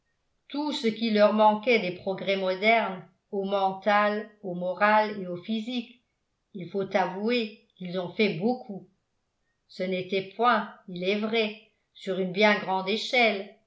tout ce qui leur manquait des progrès modernes au mental au moral et au physique il faut avouer qu'ils ont fait beaucoup ce n'était point il est vrai sur une bien grande échelle